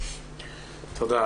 תודה.